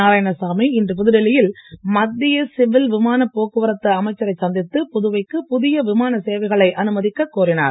நாராயணசாமி இன்று புதுடில்லியில் மத்திய சிவில் விமானப் போக்குவரத்து அமைச்சரை சந்தித்து புதுவைக்கு புதிய விமான சேவைகளை அனுமதிக்கக் கோரினார்